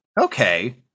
Okay